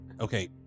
okay